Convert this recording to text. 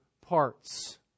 parts